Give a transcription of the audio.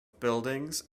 buildings